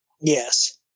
yes